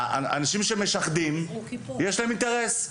לאנשים המשחדים יש אינטרס,